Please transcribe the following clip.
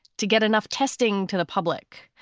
to get enough testing to the public.